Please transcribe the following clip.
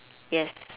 yes